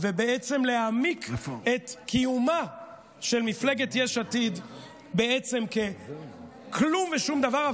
ובעצם להעמיק את קיומה של מפלגת יש עתיד ככלום ושום דבר.